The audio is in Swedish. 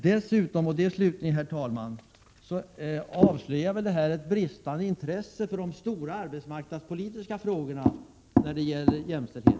Detta avslöjar väl dessutom ett bristande intresse för de stora arbetsmarknadspolitiska frågorna när det gäller jämställdhet.